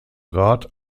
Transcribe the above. rat